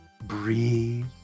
breathe